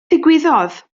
ddigwyddodd